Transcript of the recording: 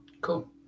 cool